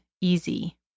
easy